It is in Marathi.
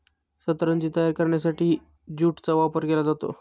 सतरंजी तयार करण्यासाठीही ज्यूटचा वापर केला जातो